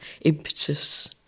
impetus